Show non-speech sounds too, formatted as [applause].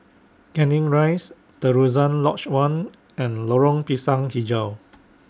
Canning Rise Terusan Lodge one and Lorong Pisang Hijau [noise]